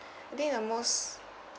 I think the most